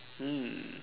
mm